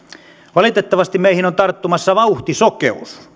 valitettavasti meihin on tarttumassa vauhtisokeus